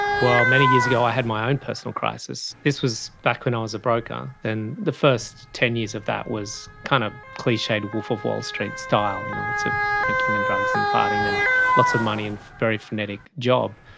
well, many years ago i had my own personal crisis. this was back when i was a broker, and the first ten years of that was kind of cliched wolf of wall street style, you know lots of drinking and drugs and partying and lots of money and a very frenetic job.